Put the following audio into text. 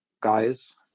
guys